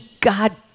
God